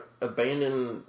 abandoned